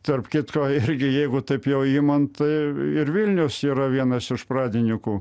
tarp kitko irgi jeigu taip jau imant tai ir vilnius yra vienas iš pradininkų